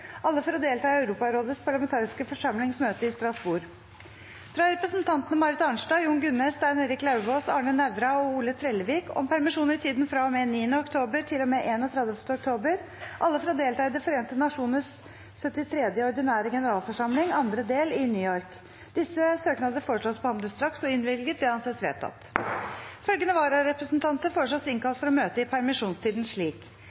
alle for å delta i Europarådets parlamentariske forsamlings møte i Strasbourg fra representantene Marit Arnstad, Jon Gunnes, Stein Erik Lauvås, Arne Nævra og Ove Trellevik om permisjon i tiden fra og med 9. oktober til og med 31. oktober – alle for å delta i De forente nasjoners 73. ordinære generalforsamling, andre del, i New York. Etter forslag fra presidenten ble enstemmig besluttet: 1. søknadene behandles straks og innvilges. 2. Følgende vararepresentanter